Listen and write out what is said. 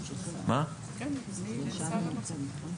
יש לכולם נוסח?